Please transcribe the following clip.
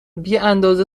بیاندازه